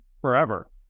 forever